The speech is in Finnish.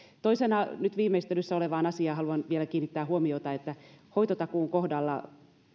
toisena nyt viimeistelyssä olevaan asiaan haluan vielä kiinnittää huomiota eli hoitotakuun kohdalla